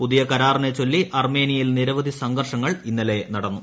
പുതിയ കരാറിനെ ചൊല്ലി അർമേനിയയിൽ നിരവധി സംഘർഷങ്ങൾ ഇന്നലെ നടന്നു